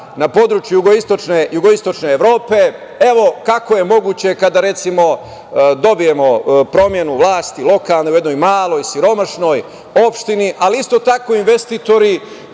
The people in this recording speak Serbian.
na području jugoistočne Evrope. Evo kako je moguće kada, recimo, dobijemo promenu lokalne vlasti u jednoj maloj, siromašnoj opštini, ali isto tako investitori